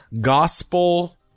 gospel